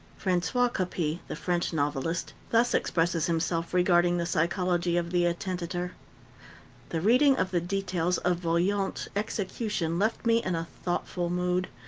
francois coppee, the french novelist, thus expresses himself regarding the psychology of the attentater the reading of the details of vaillant's execution left me in a thoughtful mood.